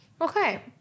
Okay